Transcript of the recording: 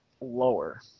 lower